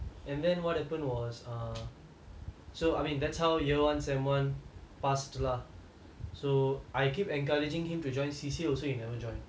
and then what happened was err so I mean that's how year one semester one past lah so I keep encouraging him to join C_C_A he also never join